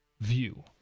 view